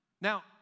Now